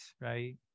right